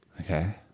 Okay